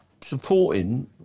supporting